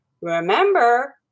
Remember